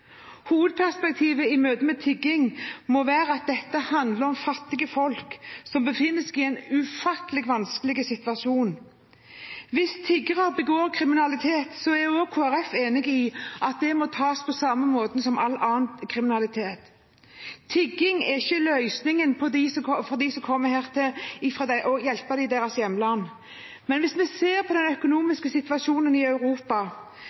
Hovedperspektivet i møtet med tigging må være at dette handler om fattige folk som befinner seg i en ufattelig vanskelig situasjon. Hvis tiggere begår kriminalitet, er også vi i Kristelig Folkeparti enig i at det må tas på samme måten som all annen kriminalitet. Tigging er ikke løsningen for dem som kommer hit, men å hjelpe dem i deres hjemland. Men hvis vi ser på den økonomiske situasjonen i Europa,